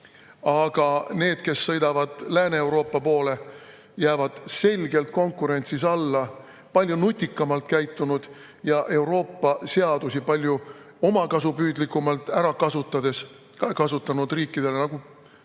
Aga need, kes sõidavad Lääne-Euroopa poole, jäävad selgelt konkurentsis alla. Palju nutikamalt käitunud ja Euroopa seadusi palju omakasupüüdlikumalt ära kasutanud riikidele, nagu